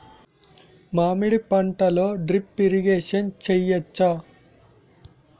మామిడి పంటలో drip irrigation చేయచ్చా?